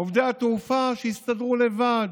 עובדי התעופה, שיסתדרו לבד.